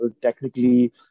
technically